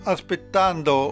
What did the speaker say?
Aspettando